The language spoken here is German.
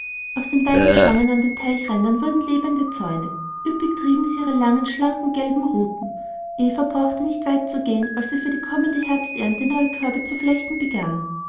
aus den weidenstäben an den teichrändern wurden lebende zäune üppig trieben sie ihre langen schlanken gelben ruten eva brauchte nicht weit zu gehen als sie für die kommende herbsternte neue körbe zu flechten begann